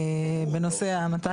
בנושא המת"ש.